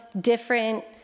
different